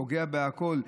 פוגעים בהכול.